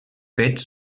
fets